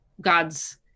God's